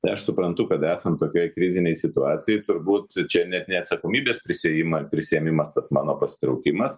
tai aš suprantu kad esant tokiai krizinei situacijai turbūt čia net ne atsakomybės prisiima prisiėmimas tas mano pasitraukimas